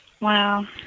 Wow